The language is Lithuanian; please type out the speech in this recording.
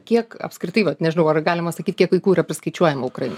kiek apskritai vat nežinau ar galima sakyt kiek vaikų yra priskaičiuojama ukrainoj